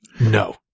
No